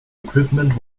equipment